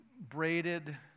braided